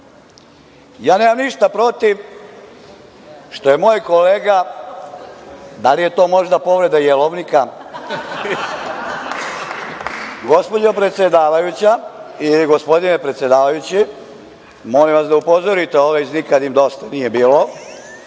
Ja nemam ništa protiv što je moj kolega, da li je to možda povreda jelovnika, gospođo predsedavajuća ili gospodine predsedavajući, molim vas da upozorite ove iz „Nikad im dosta nije bilo“,